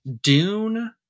Dune